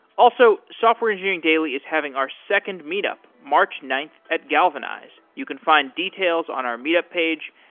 also, software engineering daily is having our second meet up, march ninth at galvanize. you can find details on our meet up page.